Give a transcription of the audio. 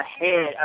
ahead